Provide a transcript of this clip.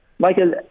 Michael